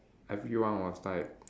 everyone was like